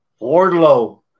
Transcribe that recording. Wardlow